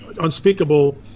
unspeakable